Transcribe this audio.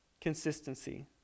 consistency